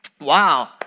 wow